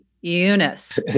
Eunice